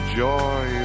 joy